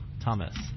Thomas